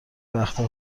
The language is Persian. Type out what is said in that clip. وقتا